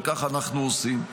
וכך אנחנו עושים.